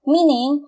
Meaning